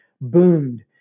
boomed